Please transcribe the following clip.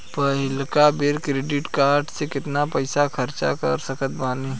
पहिलका बेर credit card से केतना पईसा खर्चा कर सकत बानी?